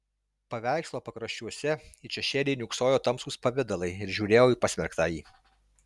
paveikslo pakraščiuose it šešėliai niūksojo tamsūs pavidalai ir žiūrėjo į pasmerktąjį